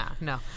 No